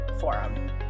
Forum